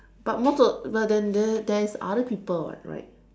but most of the but then there there is other people [what] right